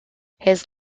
his